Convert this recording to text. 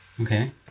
Okay